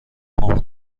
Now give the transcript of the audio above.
پامو